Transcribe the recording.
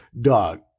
Dog